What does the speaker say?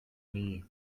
nie